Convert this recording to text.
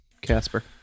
Casper